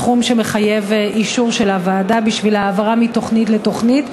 סכום שמחייב אישור של הוועדה בשביל להעברתו מתוכנית לתוכנית.